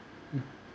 mm